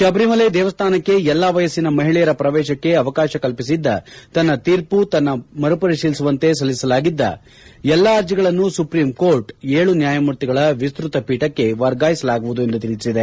ಶಬರಿಮಲೆ ದೇವಸ್ಥಾನಕ್ಕೆ ಎಲ್ಲ ವಯಸ್ಸಿನ ಮಹಿಳೆಯರ ಪ್ರವೇಶಕ್ಕೆ ಅವಕಾಶ ಕಲ್ಸಿಸಿದ್ದ ತನ್ನ ತೀರ್ಮ ಮರುಪರಿತೀಲಿಸುವಂತೆ ಸಲ್ಲಿಸಲಾಗಿದ್ದ ಎಲ್ಲ ಅರ್ಜಿಗಳನ್ನು ಸುಪ್ರೀಂ ಕೋರ್ಟ್ ಏಳು ನ್ವಾಯಮೂರ್ತಿಗಳ ವಿಸ್ತತ ಪೀಠಕ್ಕೆ ವರ್ಗಾಯಿಸಲಾಗುವುದು ಎಂದು ತಿಳಿಸಿದೆ